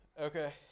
Okay